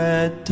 Red